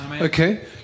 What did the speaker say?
Okay